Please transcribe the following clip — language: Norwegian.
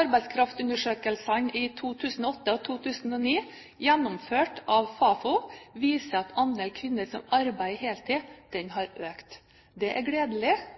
Arbeidskraftundersøkelsene i 2008 og 2009, gjennomført av Fafo, viser at andelen kvinner som arbeider heltid, har økt. Det er gledelig,